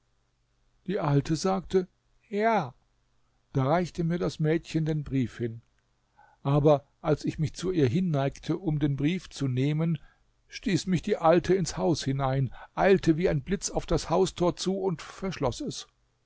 die alte sagte ja da reichte mir das mädchen den brief hin aber als ich mich zu ihr hinneigte um den brief zu nehmen stieß mich die alte ins haus hinein eilte wie ein blitz auf das haustor zu und verschloß es